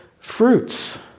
fruits